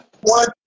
one